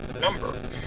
number